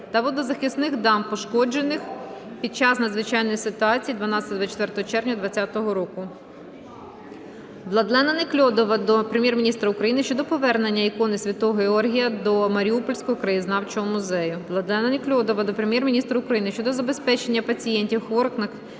та водозахисних дамб, пошкоджених під час надзвичайної ситуації 12-24 червня 2020 року. Владлена Неклюдова до Прем'єр-міністра України щодо повернення ікони Святого Георгія до Маріупольського краєзнавчого музею . Владлена Неклюдова до Прем'єр-міністра України щодо забезпечення пацієнтів, хворих